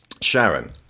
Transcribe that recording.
Sharon